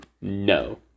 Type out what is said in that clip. No